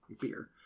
Beer